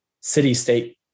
city-state